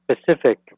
specific